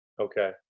Okay